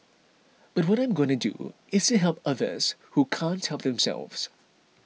but what I'm going to do is to help others who can't help themselves